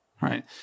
Right